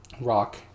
rock